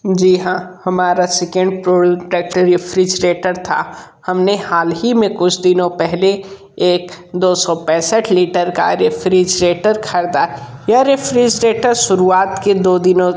जी हाँ हमारा second product refrigerator था हमने हाल ही में कुछ दिनों पहले एक दो सौ पैंसठ लीटर का रेफ्रीजरेटर खरीदा यह रेफ्रीजरेटर शुरुआत के दो दिनों